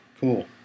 Cool